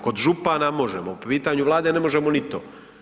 Kod župana možemo, po pitanju Vlade ne možemo ni to.